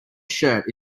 shirt